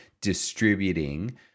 distributing